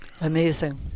Amazing